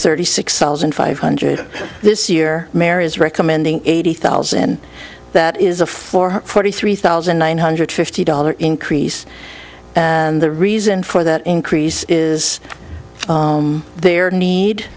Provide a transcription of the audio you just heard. thirty six thousand five hundred this year mary is recommending eighty thousand that is a four hundred forty three thousand nine hundred fifty dollars increase and the reason for that increase is their need